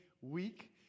week